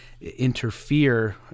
interfere